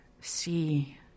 see